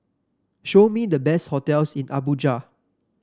show me the best hotels in Abuja